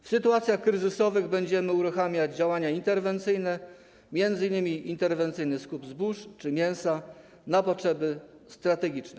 W sytuacjach kryzysowych będziemy uruchamiać działania interwencyjne, m.in. interwencyjny skup zbóż czy mięsa na potrzeby strategiczne.